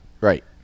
Right